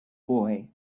boy